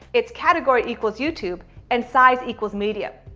it's category equals youtube and size equals medium.